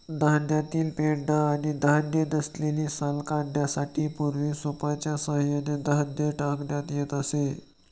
धान्यातील पेंढा आणि धान्य नसलेली साल काढण्यासाठी पूर्वी सूपच्या सहाय्याने धान्य टाकण्यात येत असे